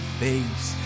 face